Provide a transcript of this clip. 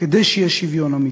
כדי שיהיה שוויון אמיתי.